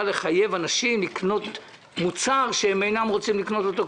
לחייב אנשים לקנות מוצר שהם אינם רוצים לקנות אותו,